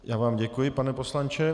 Já vám děkuji, pane poslanče.